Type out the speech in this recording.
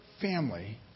family